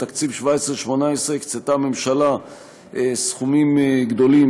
בתקציב 2018-2017 הקצתה הממשלה סכומים גדולים,